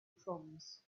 proms